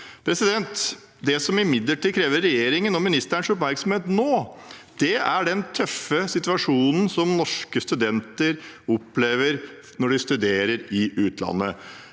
å studere. Det som imidlertid krever regjeringens og ministerens oppmerksomhet nå, er den tøffe situasjonen norske studenter opplever når de studerer i utlandet.